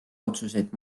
otsuseid